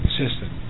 system